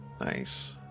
Nice